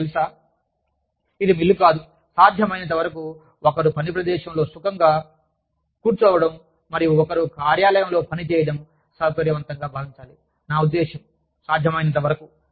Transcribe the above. మీకు తెలుసా ఇది మిల్లు కాదు సాధ్యమైనంతవరకు ఒకరు పని ప్రదేశంలో సుఖంగా కూర్చోవడం మరియు ఒకరు కార్యాలయంలో పని చేయడం సౌకర్యవంతంగా భావించాలి నా ఉద్దేశ్యం సాధ్యమైనంతవరకు